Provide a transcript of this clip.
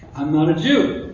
i'm not a jew.